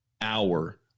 hour